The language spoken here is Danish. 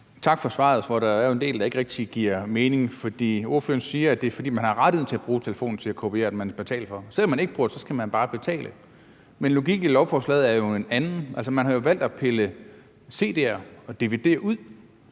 Tak for svaret, hvor der jo er en del, der ikke giver rigtig mening, fordi ordføreren siger, at det er, fordi man har rettigheden til at bruge telefonen til at kopiere, at man betaler for den. Selv om man ikke bruger det, skal man bare betale, men logikken i lovforslaget er jo en anden. Man har jo valgt at pille cd'er og dvd'er ud,